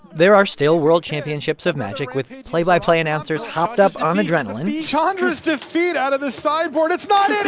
there are still world championships of magic with play-by-play announcers hopped up on adrenaline chandra's defeat out of the sideboard. it's not